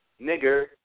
nigger